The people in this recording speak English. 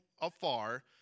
afar